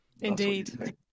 indeed